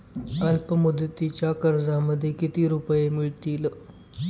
अल्पमुदतीच्या कर्जामध्ये किती रुपये मिळतील?